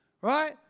Right